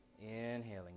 Inhaling